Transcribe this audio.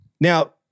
Now